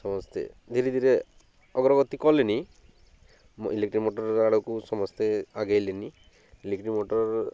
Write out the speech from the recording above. ସମସ୍ତେ ଧୀରେ ଧୀରେ ଅଗ୍ରଗତି କଲେଣି ଇଲେକ୍ଟ୍ରିକ୍ ମଟର୍ ଆଡ଼କୁ ସମସ୍ତେ ଆଗେଇଲେଣି ଇଲେକ୍ଟ୍ରିକ୍ ମଟର୍